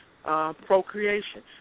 Procreation